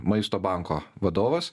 maisto banko vadovas